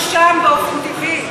הוא שם באופן טבעי.